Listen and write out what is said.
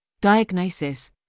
diagnosis